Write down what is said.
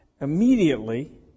Immediately